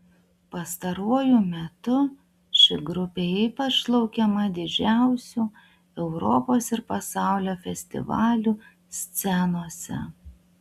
pastaruoju metu ši grupė ypač laukiama didžiausių europos ir pasaulio festivalių scenose